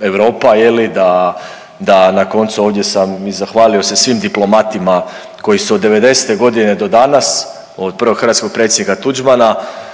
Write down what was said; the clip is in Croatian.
Europa, je li, da na koncu, ovdje sam i zahvalio se svim diplomatima koji su od '90. g. do danas, od prvog hrvatskog predsjednika Tuđmana